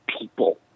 people